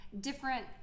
different